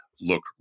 look